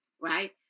right